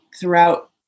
throughout